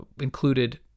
included